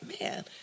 man